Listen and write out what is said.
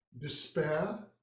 despair